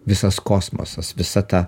visas kosmosas visata